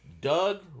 Doug